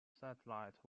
satellite